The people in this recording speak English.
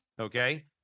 okay